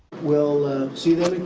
we'll see them